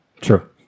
True